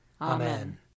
Amen